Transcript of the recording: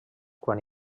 quan